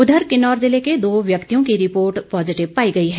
उधर किन्नौर ज़िले के दो व्यक्तियों की रिपोर्ट पॉजिटिव पाई गई है